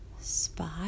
spot